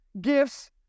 gifts